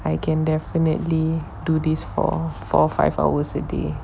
I can definitely do this for four five hours a day